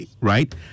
right